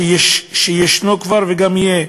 שישנו וגם שיהיה,